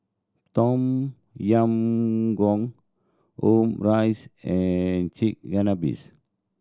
Tom Yam Goong Omurice and Chigenabe